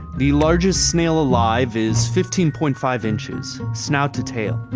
the largest snail alive is fifteen point five inches, snout to tail.